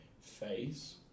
phase